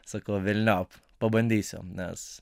sakau velniop pabandysiu nes